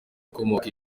ukomoka